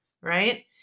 right